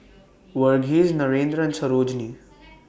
Verghese Narendra and Sarojini